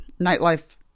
nightlife